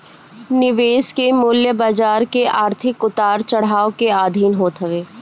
निवेश के मूल्य बाजार के आर्थिक उतार चढ़ाव के अधीन होत हवे